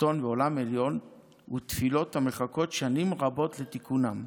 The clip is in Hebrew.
תחתון ועולם עליון ותפילות המחכות שנים רבות לתיקונן.